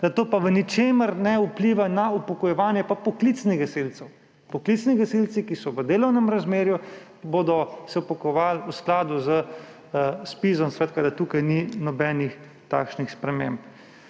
da to v ničemer ne vpliva na upokojevanje poklicnih gasilcev. Poklicni gasilci, ki so v delovnem razmerju, se bodo upokojevali v skladu z ZPIZ, tako da tukaj ni nobenih takšnih sprememb.